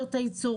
שיטות הייצור,